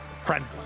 friendly